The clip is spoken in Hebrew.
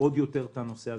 עוד יותר את הנושא הזה.